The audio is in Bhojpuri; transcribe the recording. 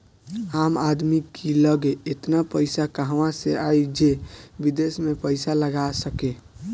आम आदमी की लगे एतना पईसा कहवा से आई जे विदेश में पईसा लगा सके